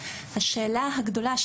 השאלה הגדולה,